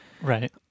Right